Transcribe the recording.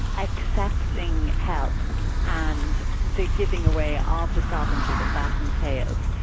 accepting help and the giving away of the sovereignty that that entails,